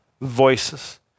voices